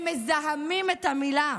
הם מזהמים את המילה.